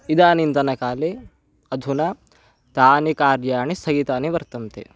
इदानीन्तनकाले अधुना तानि कार्याणि स्थगितानि वर्तन्ते